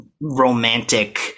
romantic